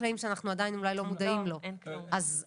הקורס שיש לו ידע והעשרה מספקים והוא לא צריך